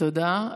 תודה.